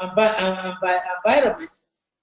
ah but and ah but um